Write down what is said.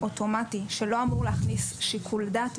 אוטומטי שלא אמור להחליף שיקול דעת,